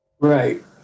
Right